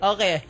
Okay